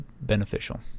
beneficial